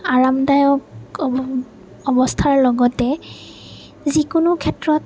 আৰামদায়ক অৱস্থাৰ লগতে যিকোনো ক্ষেত্ৰত